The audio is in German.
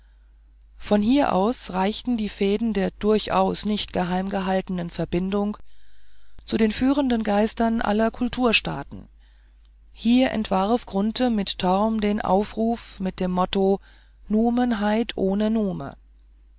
von hier aus reichten die fäden der durchaus nicht geheimgehaltenen verbindung zu den führenden geistern aller kulturstaaten hier entwarf grunthe mit torm den aufruf mit dem motto numenheit ohne nume